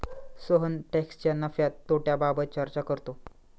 सोहन टॅक्सच्या नफ्या तोट्याबाबत चर्चा करतो